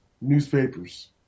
newspapers